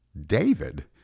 David